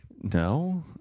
No